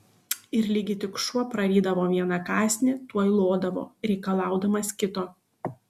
ir ligi tik šuo prarydavo vieną kąsnį tuoj lodavo reikalaudamas kito